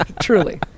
Truly